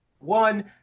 One